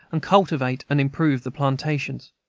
and cultivate and improve the plantations.